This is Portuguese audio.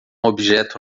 objeto